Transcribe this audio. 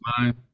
mind